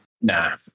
Nah